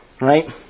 right